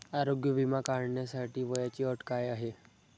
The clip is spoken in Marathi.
आरोग्य विमा काढण्यासाठी वयाची अट काय आहे?